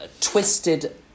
twisted